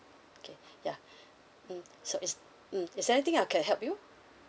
okay ya mm so is mm is there anything I can help you